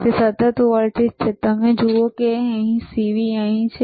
તે સતત વોલ્ટેજ છે તમે જુઓ CV અહીં છે